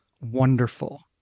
wonderful